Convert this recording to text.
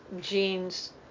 jeans